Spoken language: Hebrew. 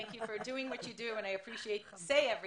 בעצם את כאן המומחית ואני רוצה להגיד קודם